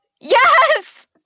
Yes